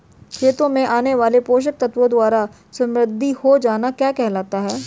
खेतों में आने वाले पोषक तत्वों द्वारा समृद्धि हो जाना क्या कहलाता है?